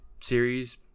series